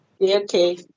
Okay